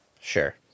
Sure